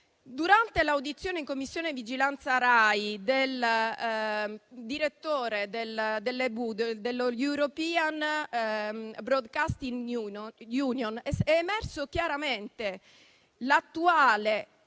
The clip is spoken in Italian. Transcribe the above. Durante l'audizione in Commissione di vigilanza sulla RAI del direttore della European broadcasting union (EBU), è emersa chiaramente l'attuale